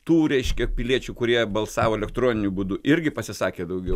tų reiškia piliečių kurie balsavo elektroniniu būdu irgi pasisakė daugiau